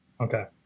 Okay